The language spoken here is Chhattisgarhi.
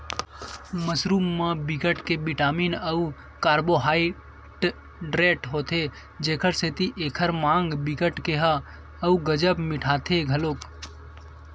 मसरूम म बिकट के बिटामिन अउ कारबोहाइडरेट होथे जेखर सेती एखर माग बिकट के ह अउ गजब मिटाथे घलोक